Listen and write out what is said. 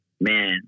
Man